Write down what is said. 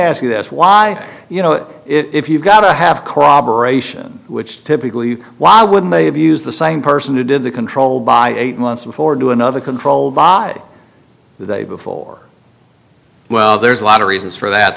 ask you this why you know if you've got to have corroboration which typically why wouldn't they have used the same person who did the controlled by eight months before do another controlled by the day before well there's a lot of reasons for